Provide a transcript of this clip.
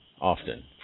often